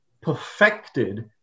perfected